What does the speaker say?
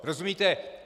Rozumíte?